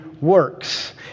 works